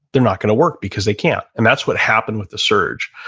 they're not going to work because they can't. and that's what happened with the surge.